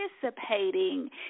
participating